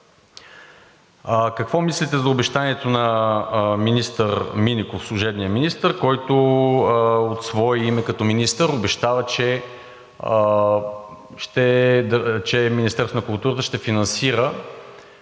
Какво мислите за обещанието на министър Минеков, служебния министър, който от свое име като министър обещава, че Министерството на културата ще финансира